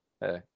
Hey